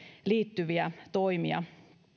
liittyviä toimia